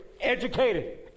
educated